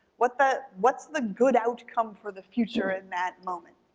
what's the what's the good outcome for the future in that moment?